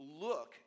look